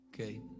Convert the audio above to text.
okay